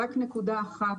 רק נקודה אחת